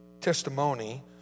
testimony